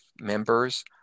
members